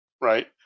Right